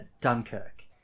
Dunkirk